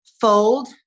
fold